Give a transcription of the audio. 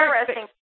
interesting